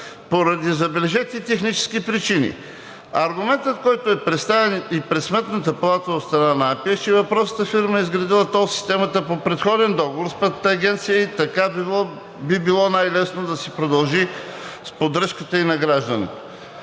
поради – забележете – технически причини. Аргументът, който е представен и пред Сметната палата от страна на АПИ, е, че въпросната фирма е изградила тол системата по предходен договор с Пътната агенция и така би било най-лесно да си продължи с поддръжката и надграждането.